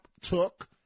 took